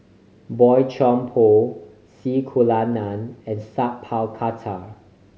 Boey Chuan Poh C Kunalan and Sat Pal Khattar